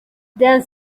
then